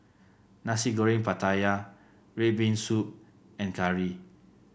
Nasi Goreng Pattaya red bean soup and curry